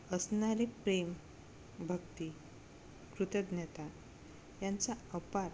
असणारे प्रेम भक्ती कृतज्ञता यांचा अपार